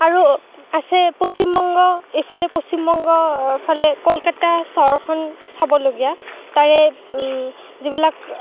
আৰু আছে পশ্চিমবংগ এইফালে পশ্চিমবংগৰফালে কলকতা চহৰখন চাবলগীয়া তাৰে যিবিলাক